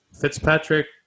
fitzpatrick